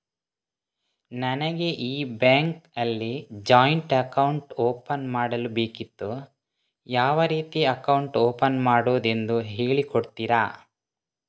ನನಗೆ ಈ ಬ್ಯಾಂಕ್ ಅಲ್ಲಿ ಜಾಯಿಂಟ್ ಅಕೌಂಟ್ ಓಪನ್ ಮಾಡಲು ಬೇಕಿತ್ತು, ಯಾವ ರೀತಿ ಅಕೌಂಟ್ ಓಪನ್ ಮಾಡುದೆಂದು ಹೇಳಿ ಕೊಡುತ್ತೀರಾ?